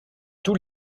tous